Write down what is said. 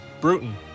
Bruton